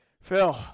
Phil